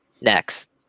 Next